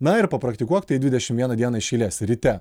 na ir papraktikuok tai dvidešim vieną dieną iš eilės ryte